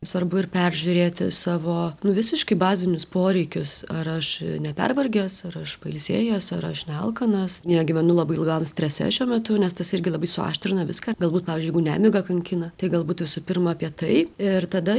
svarbu ir peržiūrėti savo nu visiškai bazinius poreikius ar aš nepervargęs ar aš pailsėjęs ar aš nealkanas negyvenu labai ilgam strese šiuo metu nes tas irgi labai suaštrina viską galbūt pavyzdžiui jeigu nemiga kankina tai galbūt visų pirma apie tai ir tada